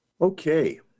Okay